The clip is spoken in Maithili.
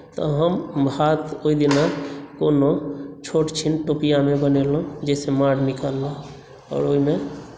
तऽ हम भात ओहि दिना कोनो छोटछिन टोपिआमे बनेलहुँ जाहिसँ माँड़ निकललै आओर ओहिमे